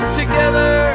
together